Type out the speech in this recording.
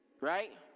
right